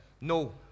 No